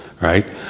Right